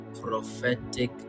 Prophetic